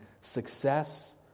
success